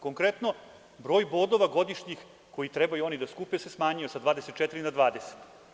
Konkretno, broj bodova godišnjih koji trebaju oni da skupe se smanjio sa 24 na 20.